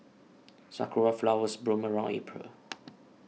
sakura flowers bloom around April